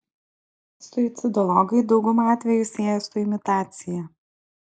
suicidologai daugumą atvejų sieja su imitacija